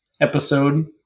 episode